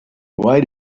why